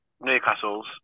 Newcastle's